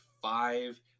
Five